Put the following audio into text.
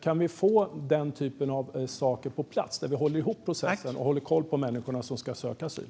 Kan vi få den typen av saker på plats, så att vi håller ihop processen och håller koll på människorna som ska söka asyl?